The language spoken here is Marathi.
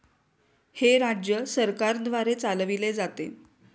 हे राज्य सरकारद्वारे चालविले जाते